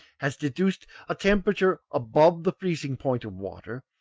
has deduced a temperature above the freezing point of water,